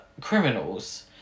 criminals